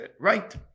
right